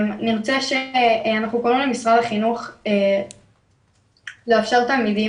אנחנו קוראים למשרד החינוך לאפשר לתלמידים